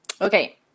Okay